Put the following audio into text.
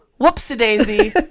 whoopsie-daisy